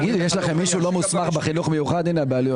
יש לכם מישהו שלא מוסמך לחינוך מיוחד?